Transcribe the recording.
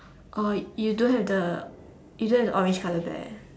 oh you don't have the you don't have the orange colour bear